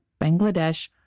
Bangladesh